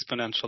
exponential